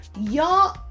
yo